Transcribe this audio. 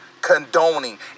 condoning